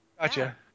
gotcha